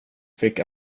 fick